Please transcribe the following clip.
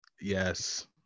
Yes